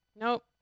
nope